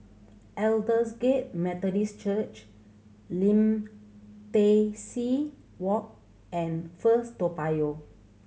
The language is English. Aldersgate Methodist Church Lim Tai See Walk and First Toa Payoh